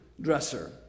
dresser